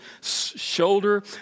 shoulder